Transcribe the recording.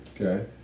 Okay